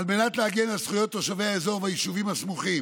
על מנת להגן על זכויות תושבי האזור והיישובים הסמוכים